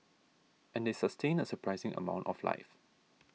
and they sustain a surprising amount of life